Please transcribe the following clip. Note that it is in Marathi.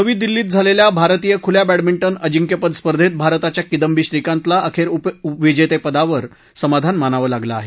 नवी दिल्लीत झालेल्या भारतीय खुल्या बॅडमिंटन अजिंक्यपद स्पर्धेत भारताच्या किदंबी श्रीकांतला अखेर उपविजेतेपदावर समाधान मानावं लागलं आहे